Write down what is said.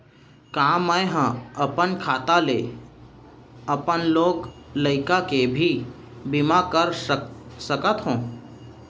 का मैं ह अपन खाता ले अपन लोग लइका के भी बीमा कर सकत हो